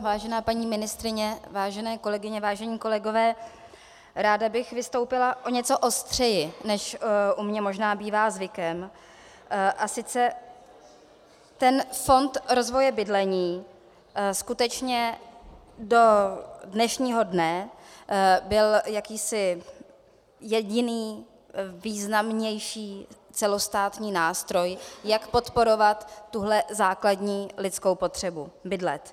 Vážená paní ministryně, vážené kolegyně, vážení kolegové, ráda bych vystoupila o něco ostřeji, než u mě možná bývá zvykem, a sice ten fond rozvoje bydlení byl skutečně do dnešního dne jakýsi jediný významnější celostátní nástroj, jak podporovat tuhle základní lidskou potřebu bydlet.